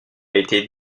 été